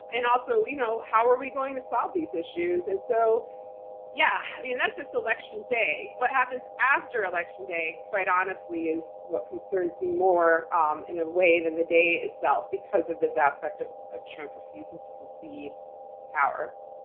and also, you know how are we going to solve these issues? and so yeah, i mean, that's just election day. what happens after election day, quite honestly, is what concerns me more um in a way than the day itself because of this aspect of of trump refusing to concede power.